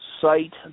site